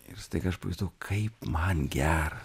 ir staiga aš pajutau kaip man gera